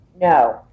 No